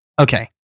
Okay